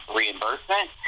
reimbursement